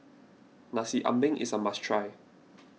Nasi Ambeng is a must try